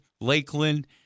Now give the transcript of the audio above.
Lakeland